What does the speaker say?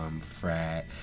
frat